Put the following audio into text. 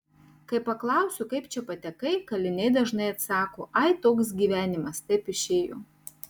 kai paklausiu kaip čia patekai kaliniai dažnai atsako ai toks gyvenimas taip išėjo